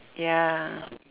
ya